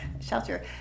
Shelter